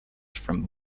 from